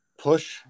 push